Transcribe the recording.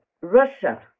Russia